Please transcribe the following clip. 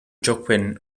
joaquin